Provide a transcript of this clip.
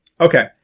Okay